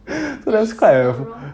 that is not wrong